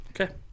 Okay